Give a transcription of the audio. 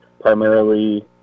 primarily